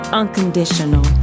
unconditional